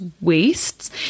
wastes